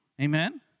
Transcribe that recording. Amen